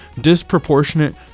disproportionate